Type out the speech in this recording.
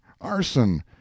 arson